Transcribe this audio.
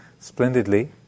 splendidly